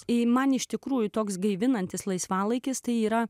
jei man iš tikrųjų toks gaivinantis laisvalaikis tai yra